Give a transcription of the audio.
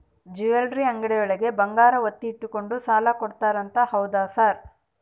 Jewellery ಅಂಗಡಿಯೊಳಗ ಬಂಗಾರ ಒತ್ತೆ ಇಟ್ಕೊಂಡು ಸಾಲ ಕೊಡ್ತಾರಂತೆ ಹೌದಾ ಸರ್?